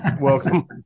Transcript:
welcome